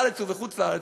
בארץ ובחוץ-לארץ,